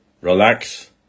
relax